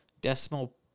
decimal